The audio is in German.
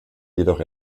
jedoch